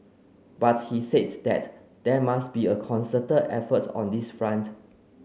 but he said that there must be a concerted effort on this front